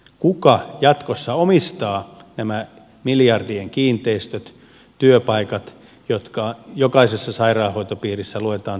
kuka jatkossa omistaa nämä miljardien kiinteistöt työpaikat jotka jokaisessa sairaanhoitopiirissä luetaan tuhansina